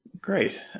Great